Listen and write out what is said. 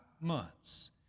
months